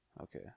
Okay